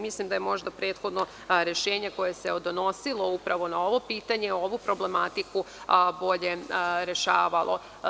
Mislim da je prethodno rešenje koje se odnosilo upravo na ovo pitanje, ovu problematiku bolje rešavalo.